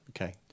Okay